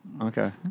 Okay